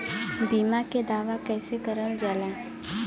बीमा के दावा कैसे करल जाला?